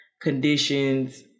conditions